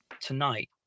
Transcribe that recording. tonight